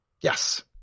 Yes